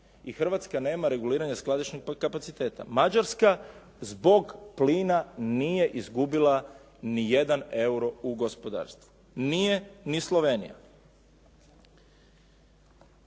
i Hrvatska nema reguliranje skladišnih kapaciteta. Mađarska zbog plina nije izgubila ni jedan euro u gospodarstvu. Nije ni Slovenija.